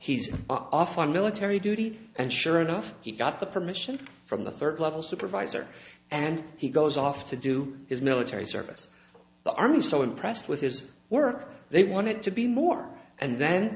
he's off on military duty and sure enough he got the permission from the third level supervisor and he goes off to do his military service the army so impressed with his work they wanted to be more and then